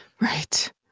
Right